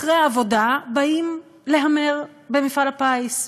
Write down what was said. אחרי העבודה באים להמר במפעל הפיס.